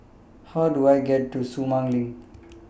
How Do I get to Sumang LINK